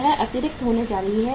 यह अतिरिक्त होने जा रहा है